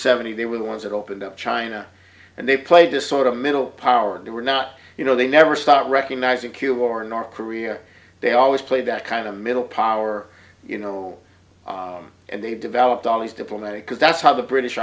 seventy they were the ones that opened up china and they played a sort of a middle power and they were not you know they never start recognizing cuba or north korea they always play that kind of middle power you know and they've developed all these diplomatic because that's how the british